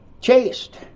chased